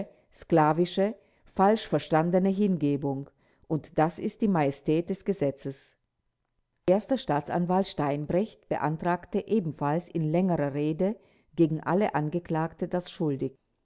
sklavische falschverstandene hingebung und das ist die majestät des gesetzes erster staatsanwalt steinbrecht beantragte ebenfalls in längerer rede gegen alle angeklagte das schuldig